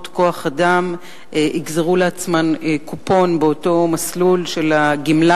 כוח-אדם יגזרו לעצמן קופון באותו מסלול של הגמלה,